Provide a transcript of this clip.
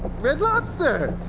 red lobster!